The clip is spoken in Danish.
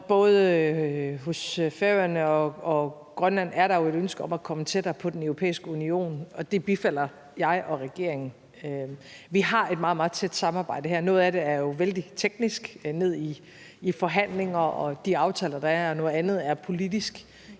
Både hos Færøerne og Grønland er der jo et ønske om at komme tættere på Den Europæiske Union, og det bifalder jeg og regeringen. Vi har et meget, meget tæt samarbejde her; noget af det er jo vældig teknisk – i forhandlinger og de aftaler, der er – noget andet er politisk,